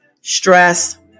stress